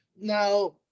Now